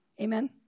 amen